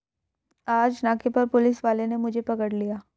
आज नाके पर पुलिस वाले ने मुझे पकड़ लिया